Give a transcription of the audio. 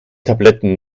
tabletten